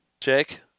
jake